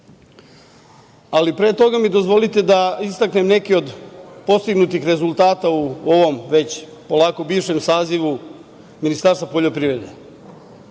ali pre toga mi dozvolite da istaknem neke od postignutih rezultata u ovom već polako bivšem sazivu Ministarstva poljoprivrede. Na